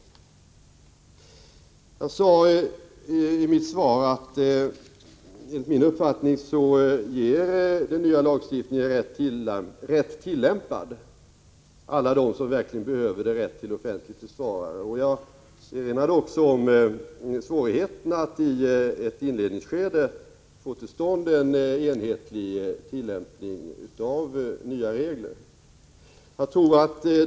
Jag sade i mitt svar att den nya lagstiftningen, rätt tillämpad, enligt min uppfattning ger alla dem som verkligen behöver det rätt till offentlig försvarare. Jag erinrade också om svårigheterna att i ett inledningsskede få till stånd en enhetlig tillämpning av nya regler.